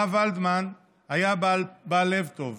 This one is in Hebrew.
הרב ולדמן היה בעל לב טוב.